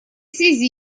связи